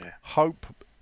hope